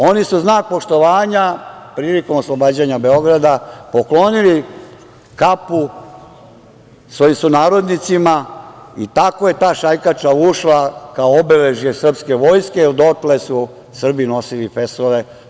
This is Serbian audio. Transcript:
Oni su u znak poštovanja prilikom oslobađanja Beograda poklonili kapu svojim sunarodnicima i tako je ta šajkača ušla kao obeležje srpske vojske, jer dotle su Srbi nosili fesove.